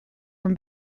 from